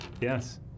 yes